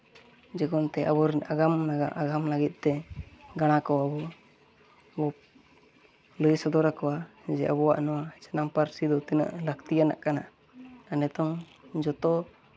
ᱡᱮᱨᱚᱠᱚᱢ ᱟᱵᱚ ᱨᱮᱱ ᱟᱜᱟᱢ ᱟᱜᱟᱢ ᱞᱟᱹᱜᱤᱫ ᱛᱮ ᱜᱟᱬᱟ ᱠᱚ ᱵᱚ ᱞᱟᱹᱭ ᱥᱚᱫᱚᱨ ᱠᱚᱣᱟ ᱡᱮ ᱟᱵᱚᱣᱟᱜ ᱱᱚᱣᱟ ᱡᱟᱱᱟᱢ ᱯᱟᱹᱨᱥᱤ ᱫᱚ ᱛᱤᱱᱟᱹᱜ ᱞᱟᱹᱠᱛᱤᱭᱟᱱᱟᱜ ᱠᱟᱱᱟ ᱟᱨ ᱱᱤᱛᱚᱝ ᱡᱚᱛᱚ